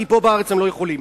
כי פה בארץ הם לא יכולים.